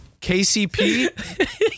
KCP